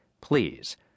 Please